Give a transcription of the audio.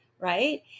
right